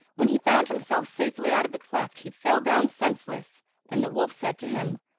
when he found himself safely out of the cleft he fell down senseless and the wolf said to him,